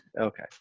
Okay